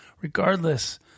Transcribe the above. regardless